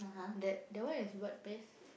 that that one is what place